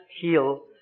heal